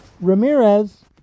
Ramirez